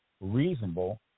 reasonable